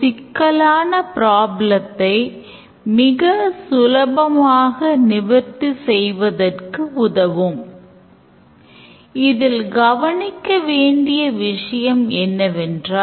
சில நேரங்களில் user 2000 ரூபாய் enter செய்யும்போது system printout வேண்டுமா எனக் கேட்கும்